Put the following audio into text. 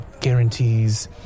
Guarantees